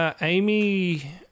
Amy